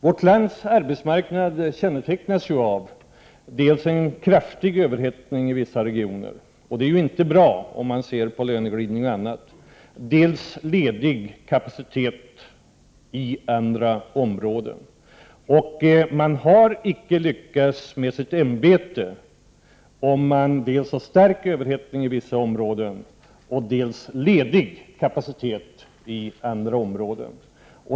Vårt lands arbetsmarknad kännetecknas av dels en kraftig överhettning i vissa regioner, vilket inte är bra om man ser på t.ex löneglidning, dels ledig kapacitet i andra områden. Man har icke lyckats med sitt ämbete om man har stark överhettning i vissa områden och ledig kapacitet i andra områden.